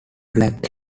black